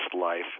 life